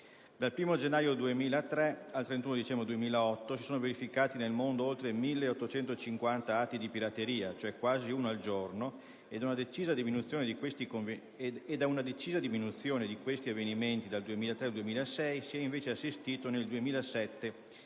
Dal 1° gennaio 2003 al 31 dicembre 2008 si sono verificati nel mondo oltre 1.850 atti di pirateria, cioè quasi uno al giorno; da una decisa diminuzione di questi avvenimenti dal 2003 al 2006 si è assistito, nel 2007,